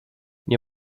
nie